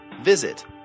Visit